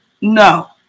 No